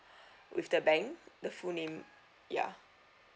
with the bank the full name ya